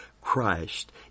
Christ